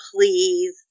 please